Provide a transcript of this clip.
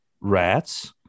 rats